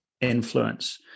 influence